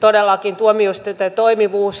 todellakin tuomioistuinten toimivuus